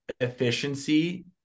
efficiency